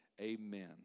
Amen